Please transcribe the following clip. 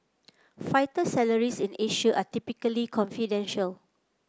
fighter salaries in Asia are typically confidential